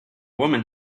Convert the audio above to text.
woman